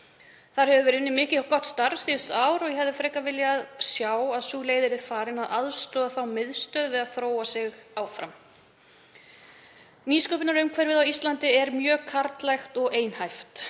Þar hefur verið unnið mikið og gott starf síðustu ár og ég hefði frekar viljað sjá að sú leið yrði farin að aðstoða þá miðstöð við að þróa sig áfram. Nýsköpunarumhverfið á Íslandi er mjög karllægt og einhæft